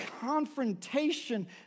confrontation